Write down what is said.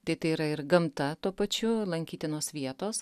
tai tai yra ir gamta tuo pačiu lankytinos vietos